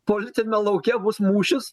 politiniam lauke bus mūšis